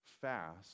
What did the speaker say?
fast